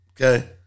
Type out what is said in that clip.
Okay